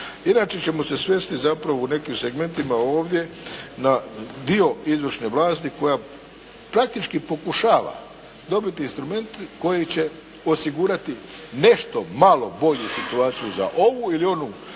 Inače ćemo se svesti zapravo u nekim segmentima ovdje na dio izvršne vlasti koja praktički pokušava dobiti instrument koji će osigurati nešto malo bolju situaciju za ovu ili onu